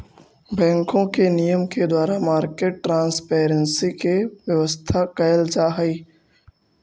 बैंकों के नियम के द्वारा मार्केट ट्रांसपेरेंसी के व्यवस्था कैल जा हइ